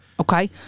Okay